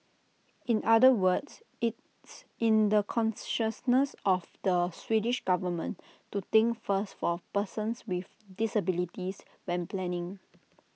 in other words it's in the consciousness of the Swedish government to think first for persons with disabilities when planning